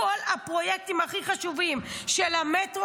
כל הפרויקטים הכי חשובים של המטרו,